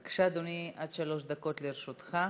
בבקשה, אדוני, עד שלוש דקות לרשותך.